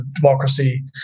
democracy